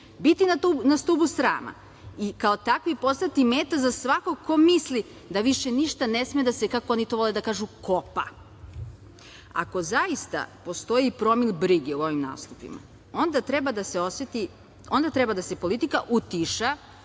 biti na stubu srama i kao takvi postati meta za svakog ko misli da više ništa ne sme da se, kako oni to vole da kažu, kopa. Ako zaista postoji i promil brige u ovim nastupima, onda treba da se politika utiša